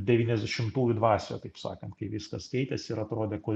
devyniasdešimtųjų dvasioje taip sakant kai viskas keitėsi ir atrodė kuo